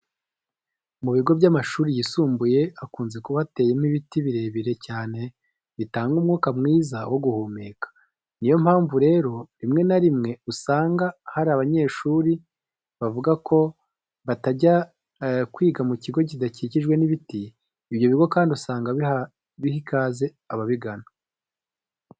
Mu bigo by'amashuri yisumbuye hakunze kuba hateyemo ibiti birebire cyane bitanga umwuka mwiza wo guhumeka. Ni yo mpamvu rero rimwe na rimwe usanga hari abanyeshuri bavuga ko batajya kwiga mu kigo kidakikijwe n'ibiti. Ibyo bigo kandi usanga biha ikaze ababigana.